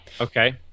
Okay